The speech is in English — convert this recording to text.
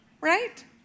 right